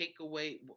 takeaway